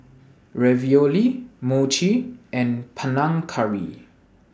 Ravioli Mochi and Panang Curry